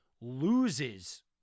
loses